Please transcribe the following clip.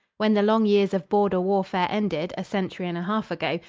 when the long years of border warfare ended, a century and a half ago,